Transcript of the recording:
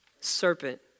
serpent